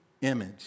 image